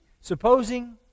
Supposing